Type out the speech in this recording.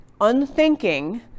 unthinking